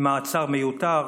ממעצר מיותר,